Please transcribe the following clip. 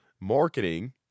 marketing